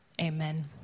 Amen